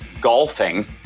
golfing